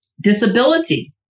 Disability